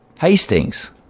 Hastings